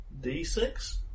D6